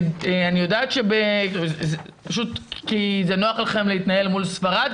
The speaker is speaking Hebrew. כי פשוט זה נוח לכם להתמודד מול ספרד,